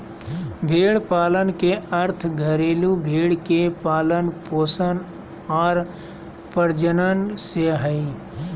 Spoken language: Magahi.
भेड़ पालन के अर्थ घरेलू भेड़ के पालन पोषण आर प्रजनन से हइ